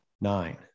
nine